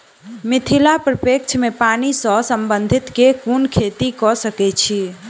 मिथिला प्रक्षेत्र मे पानि सऽ संबंधित केँ कुन खेती कऽ सकै छी?